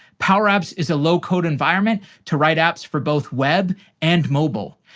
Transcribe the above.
power apps is a low code environment to write apps for both web and mobile.